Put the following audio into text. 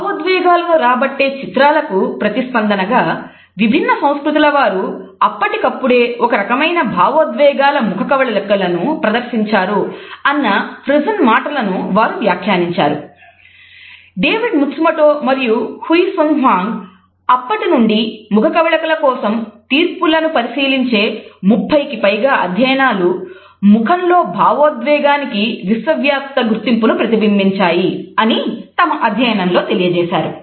భావోద్వేగాలను రాబట్టే చిత్రాలకు ప్రతిస్పందనగా విభిన్న సంస్కృతుల వారు అప్పటికప్పుడే ఒకే రకమైన భావోద్వేగాల ముఖ కవళికలను ప్రదర్శించారు అన్న ఫ్రిజన్ "అప్పటి నుండి ముఖ కవళికల కోసం తీర్పులను పరిశీలించే 30 కి పైగా అధ్యయనాలు ముఖంలో భావోద్వేగానికి విశ్వవ్యాప్త గుర్తింపును ప్రతిబింబించాయి" అని తమ అధ్యయనంలో తెలియజేశారు